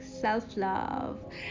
self-love